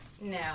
No